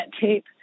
tape